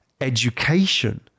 education